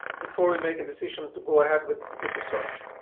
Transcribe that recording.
before we make a decision to go ahead with with the search